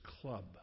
Club